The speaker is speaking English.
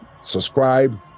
Subscribe